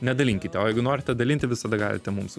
nedalinkite o jeigu norite dalinti visada galite mums